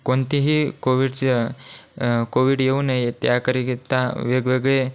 कोणतेही कोविडच्या कोविड येऊ नये त्याकरिता वेगवेगळे